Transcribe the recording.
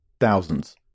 thousands